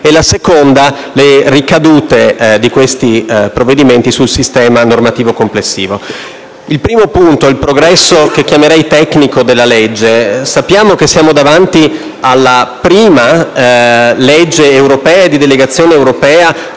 la seconda sulle ricadute di questi provvedimenti sul sistema normativo complessivo. Sul primo punto, sul progresso che chiamerei tecnico della legge, sappiamo che stiamo davanti alla prima legge di delegazione europea,